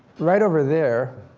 right over there,